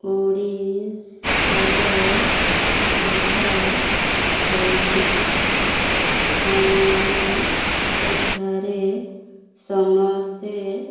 ଓଡ଼ିଶାର ଭାଷା ଓଡ଼ିଆ ଆମର ଏଠାରେ ସମସ୍ତେ